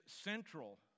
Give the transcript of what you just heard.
central